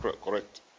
correct